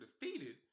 defeated